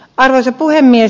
arvoisa puhemies